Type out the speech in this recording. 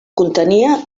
contenia